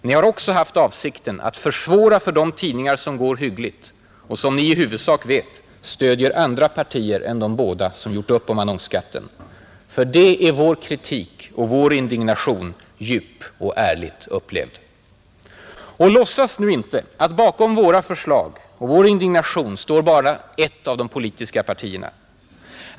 Ni har också haft avsikten att försvåra för de tidningar som går hyggligt och som ni vet i huvudsak stödjer andra partier än de båda som gjort upp om annonsskatt. För det är vår kritik och vår indignation djup och ärligt upplevd. Och låtsas nu inte att bakom våra förslag och vår indignation står enbart ett av de politiska partierna.